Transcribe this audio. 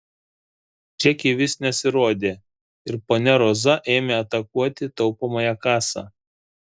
čekiai vis nesirodė ir ponia roza ėmė atakuoti taupomąją kasą